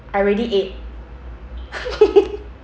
I already ate